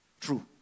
True